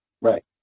right